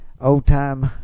old-time